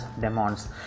demons